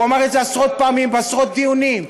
הוא אמר את זה עשרות פעמים בעשרות דיונים.